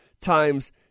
times